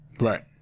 Right